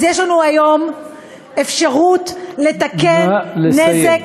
אז יש לנו היום אפשרות לתקן נזק